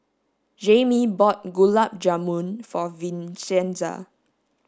Jaime bought Gulab Jamun for Vincenza